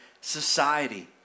society